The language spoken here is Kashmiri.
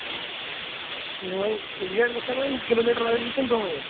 آ وۄنۍ ریٹ گژھیٛا وۄنۍ کلوٗ میٖٹر وایِز کِنہٕ دۄہ وٲے